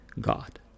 God